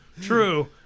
true